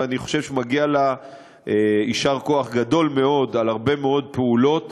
ואני חושב שמגיע לה יישר כוח גדול מאוד על הרבה מאוד פעולות